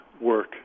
work